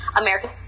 American